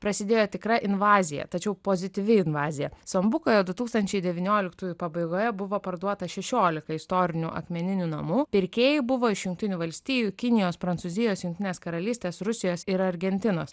prasidėjo tikra invazija tačiau pozityvi invazija sambukoje du tūkstančiai devynioliktųjų pabaigoje buvo parduota šešiolika istorinių akmeninių namų pirkėjai buvo iš jungtinių valstijų kinijos prancūzijos jungtinės karalystės rusijos ir argentinos